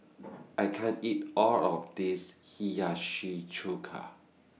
I can't eat All of This Hiyashi Chuka